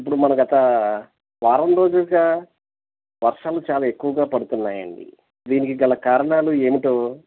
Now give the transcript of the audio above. ఇప్పుడు మనం గత వారం రోజులుగా వర్షాలు చాలా ఎక్కువగా పడుతున్నాయండి దీనికి గల కారణాలు ఏమిటో